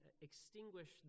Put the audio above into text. extinguish